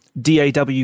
DAW